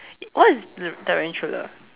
what is tarantula